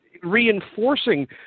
reinforcing